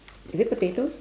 is it potatoes